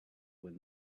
when